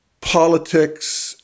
politics